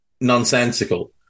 nonsensical